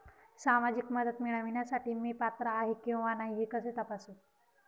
सामाजिक मदत मिळविण्यासाठी मी पात्र आहे किंवा नाही हे कसे तपासू?